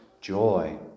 joy